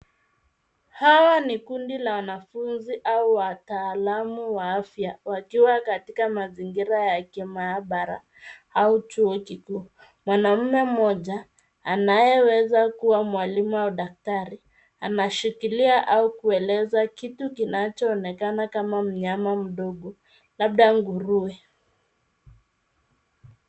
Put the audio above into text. Hawa ni kundi la wanafunzi au wataalamu wa afya wakiwa katika mazingira ya kimaabara au chuo kikuu. Mwanaume mmoja, anayeweza kuwa mwalimu au daktari, anashikilia au kueleza kitu kinachoonekana kama mnyama mdogo, labda nguruwe.